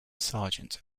sergeant